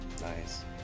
Nice